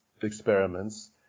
experiments